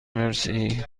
مرسی